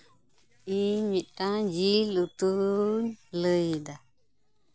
ᱤᱧ ᱢᱤᱫᱴᱟᱝ ᱡᱤᱞ ᱩᱛᱩᱧ ᱞᱟᱹᱭ ᱮᱫᱟ